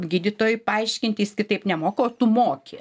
gydytojui paaiškinti jis kitaip nemoka o tu moki